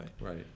Right